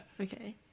Okay